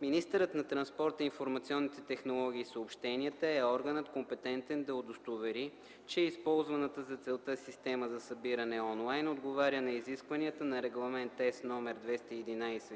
министърът на транспорта, информационните технологии и съобщенията е органът, компетентен да удостовери, че използваната за целта система за събиране онлайн отговаря на изискванията на Регламент (ЕС) № 211/2011,